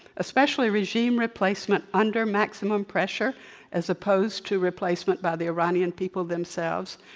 especially regime replacement under maximum pressure as opposed to replacement by the iranian people themselves.